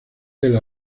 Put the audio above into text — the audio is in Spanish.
del